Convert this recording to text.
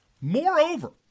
Moreover